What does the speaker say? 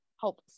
help